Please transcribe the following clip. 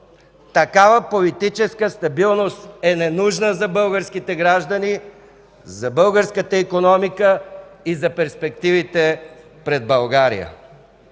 Такава политическа стабилност е ненужна за българските граждани, за българската икономика и за перспективите пред България.